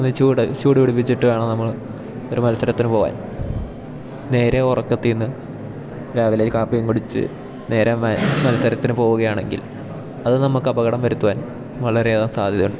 ഒന്ന് ചൂട് ചൂടു പിടിപ്പിച്ചിട്ടു വേണം നമ്മള് ഒരു മത്സരത്തിനു പോവാൻ നേരെ ഉറക്കത്തില്നിന്നു രാവിലെ കാപ്പിയും കുടിച്ചു നേരേ മത്സരത്തിനു പോവുകയാണെങ്കിൽ അതു നമുക്ക് അപകടം വരുത്തുവാൻ വളരെ സാധ്യതുണ്ട്